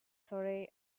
surrey